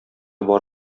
бар